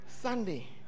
Sunday